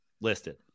listed